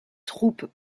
troupes